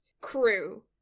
crew